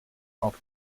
auf